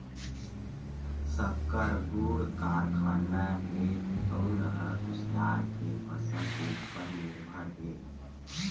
सक्कर, गुड़ कारखाना हे तउन ह कुसियार के फसल के उपर निरभर हे